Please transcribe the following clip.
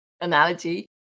analogy